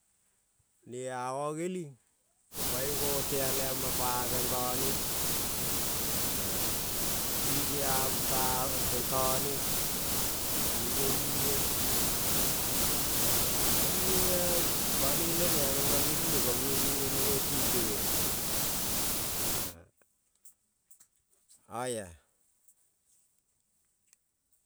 Ne ano neling ko panoi go tea lema pa gengone, e tinge abu ta anone tine wive mune, banoi lene aneno nel ileng ko mune benene me timpea e oia.